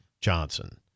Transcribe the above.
Johnson